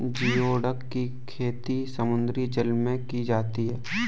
geoduck की खेती समुद्री जल में की जाती है